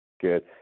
Good